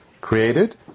created